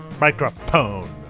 microphone